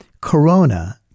Corona